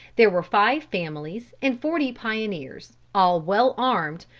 there were five families and forty pioneers, all well armed,